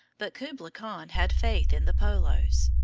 but kublai khan had faith in the polos.